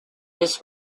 this